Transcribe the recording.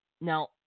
now